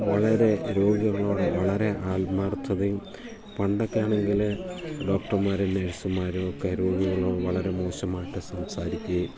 വളരെ രോഗികളോട് വളരെ ആത്മാർത്ഥതയും പണ്ടൊക്കെ ആണെങ്കിൽ ഡോക്ടർമാരും നേഴ്സുമാരും ഒക്കെ രോഗികളോട് വളരെ മോശമായിട്ട് സംസാരിക്കുക